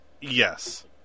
Yes